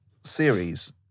series